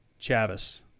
Chavis